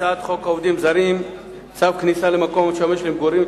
הצעת חוק עובדים זרים (צו כניסה למקום המשמש למגורים),